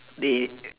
the